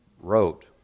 wrote